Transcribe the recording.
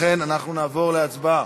לכן אנחנו נעבור להצבעה.